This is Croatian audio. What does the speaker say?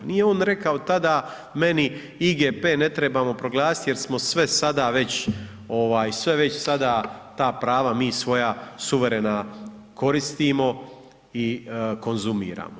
Nije on rekao tada meni IGP ne trebamo proglasiti jer smo sve sada već, sve već sada ta prava mi svoja suverena koristimo i konzumiramo.